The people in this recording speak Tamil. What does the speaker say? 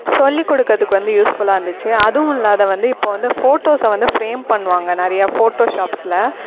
சொல்லிக் கொடுக்கறதுக்கு வந்து யூஸ்ஃபுல்லாக இருந்துச்சு அதுவும் இல்லாது வந்து இப்போ வந்து ஃபோட்டோஸை வந்து ஃப்ரேம் பண்ணுவாங்க நிறைய ஃபோட்டோஷாப்ஸில்